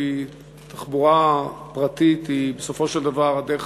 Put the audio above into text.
כי תחבורה פרטית היא בסופו של דבר הדרך